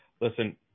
Listen